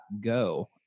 go